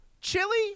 chili